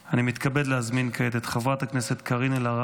אני מתכבד להזמין כעת את חברת הכנסת קארין אלהרר,